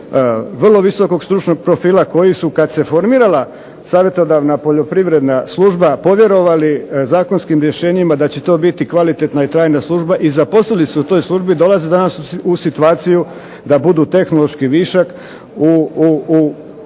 vrlo visokog stručnog profila, koji su kad se formirala savjetodavna poljoprivredna služba povjerovali zakonskim rješenjima da će to biti kvalitetna i trajna služba i zaposlili se u toj službi dolaze danas u situaciju da budu tehnološki višak, u